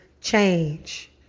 change